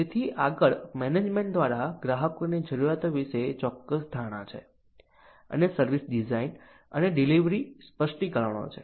તેથી આગળ મેનેજમેન્ટ દ્વારા ગ્રાહકોની જરૂરિયાતો વિશે ચોક્કસ ધારણા છે અને સર્વિસ ડિઝાઇન અને ડિલિવરી સ્પષ્ટીકરણો છે